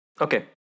Okay